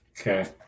Okay